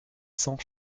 cents